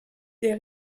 des